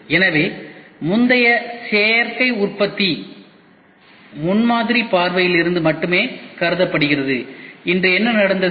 எனவே முந்தைய சேர்க்கை உற்பத்தி முன்மாதிரி பார்வையில் இருந்து மட்டுமே கருதப்பட்டது இன்று என்ன நடந்தது